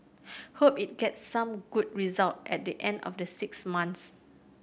hope it gets some good result at the end of the six months